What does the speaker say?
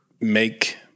make